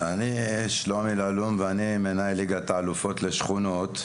אני מנהל ליגת האלופות לשכונות,